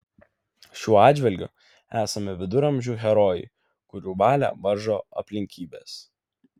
šiuo atžvilgiu esame viduramžių herojai kurių valią varžo aplinkybės